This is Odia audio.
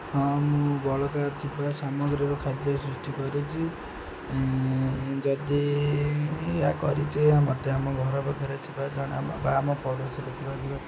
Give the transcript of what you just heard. ହଁ ମୁଁ ବଳକା ଥିବା ସାମଗ୍ରୀର ଖାଦ୍ୟ ସୃଷ୍ଟି କରିଛି ଯଦି ଏହା କରିଚେ ମୋତେ ଆମ ଘର ପାଖରେ ଥିବା ଜଣେ ବା ଆମ ପଡ଼ୋଶୀ